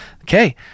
Okay